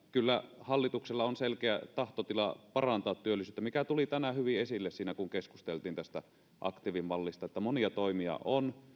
kyllä hallituksella on selkeä tahtotila parantaa työllisyyttä mikä tuli tänään hyvin esille siinä kun keskusteltiin tästä aktiivimallista monia toimia on